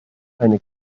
eine